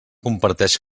comparteix